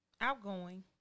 outgoing